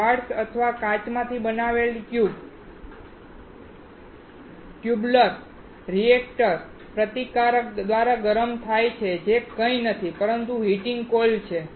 quartz અથવા કાચમાંથી બનાવેલ ટ્યુબ્યુલર રિએક્ટર પ્રતિકાર દ્વારા ગરમ થાય છે જે કંઇ નથી પરંતુ હીટિંગ કોઇલ છે